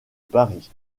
paris